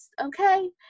Okay